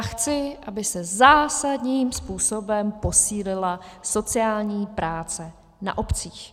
Chci, aby se zásadním způsobem posílila sociální práce na obcích.